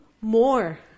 more